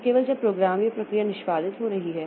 तो केवल जब प्रोग्राम या प्रक्रिया निष्पादित हो रही है